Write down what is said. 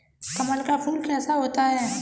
कमल का फूल कैसा होता है?